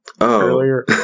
earlier